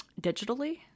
digitally